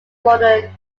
modern